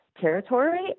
territory